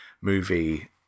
movie